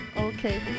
Okay